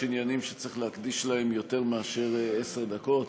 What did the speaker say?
יש עניינים שצריך להקדיש להם יותר מאשר עשר דקות.